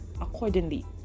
accordingly